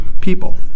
people